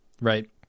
Right